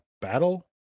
battle